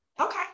Okay